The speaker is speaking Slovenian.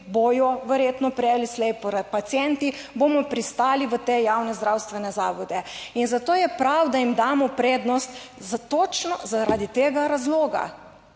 bodo verjetno prej ali slej pacienti, bomo pristali v te javne zdravstvene zavode. In zato je prav, da jim damo prednost točno zaradi tega razloga.